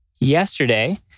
yesterday